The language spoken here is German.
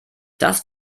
das